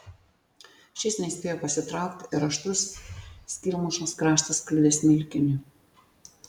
šis nespėjo pasitraukti ir aštrus skylmušos kraštas kliudė smilkinį